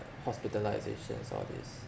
hospitalisations all these